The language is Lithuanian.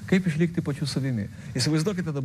kaip išlikti pačiu savimi įsivaizduokite dabar